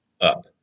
up